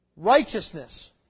Righteousness